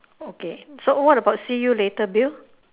okay so what about see you later bill